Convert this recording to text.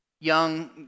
Young